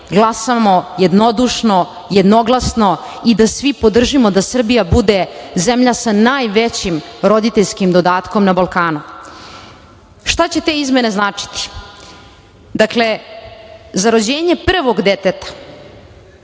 glasamo jednodušno, jednoglasno i da svi podržimo da Srbija bude zemlja sa najvećim roditeljskim dodatkom na Balkanu. Šta će te izmene značiti? Dakle, za rođenje prvog deteta